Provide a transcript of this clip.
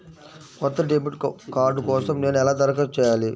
కొత్త debit card కోసం నేను ఎలా దరఖాస్తు చేయాలి?